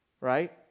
right